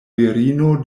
virino